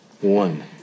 One